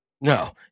no